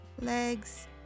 legs